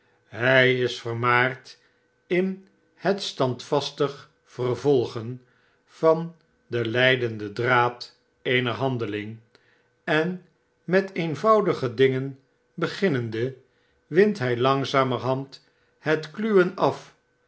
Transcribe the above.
hy is vermaara in het standvastig vervolgen van den leidenden draad eener handeling en met eenvoudige dingen beginnende windt hy langzamerharic het muwen af